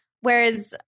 whereas